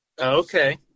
Okay